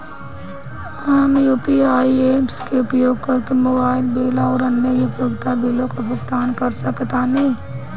हम UPI apps के उपयोग करके मोबाइल बिल आउर अन्य उपयोगिता बिलों का भुगतान कर सकतानी